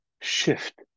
shift